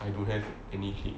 I don't have any clique